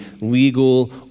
legal